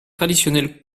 traditionnel